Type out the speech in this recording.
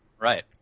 Right